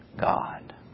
God